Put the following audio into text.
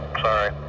Sorry